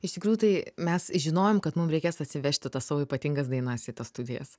iš tikrųjų tai mes žinojom kad mum reikės atsivežti tas savo ypatingas dainas į tas studijas